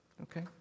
Okay